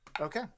Okay